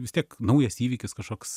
vis tiek naujas įvykis kažkoks